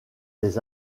des